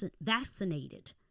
vaccinated